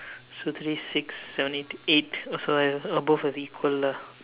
so three six seven eight eight or so both are equal lah